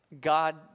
God